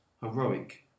heroic